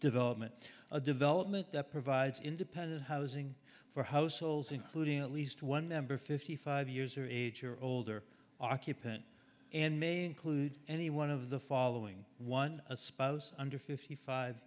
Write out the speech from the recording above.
development a development that provides independent housing for households including at least one member fifty five years or age or older occupant and may include any one of the following one a spouse under fifty five